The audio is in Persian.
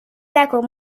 نکن